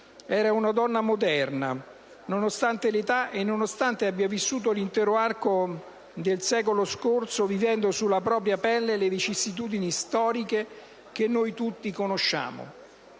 Era una donna moderna, nonostante l'età e nonostante abbia vissuto l'intero arco del secolo scorso vivendo sulla propria pelle le vicissitudini storiche che noi tutti conosciamo.